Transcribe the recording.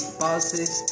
bosses